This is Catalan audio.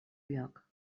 lloc